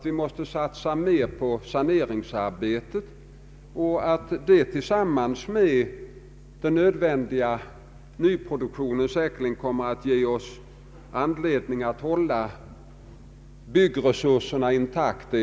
Vi måste säkerligen satsa mer på saneringsarbete, och jag är tämligen Öövertygad om att detta tillsammans med den nödvändiga nyproduktionen ger oss anledning att hålla byggresurserna intakta.